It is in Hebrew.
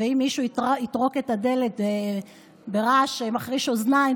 אם מישהו יטרוק את הדלת ברעש מחריש אוזניים,